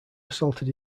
assaulted